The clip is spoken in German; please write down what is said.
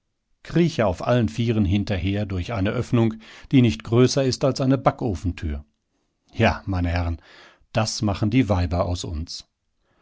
krieche auf allen vieren hinterher durch eine öffnung die nicht größer ist als eine backofentür ja meine herren das machen die weiber aus uns